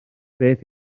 beth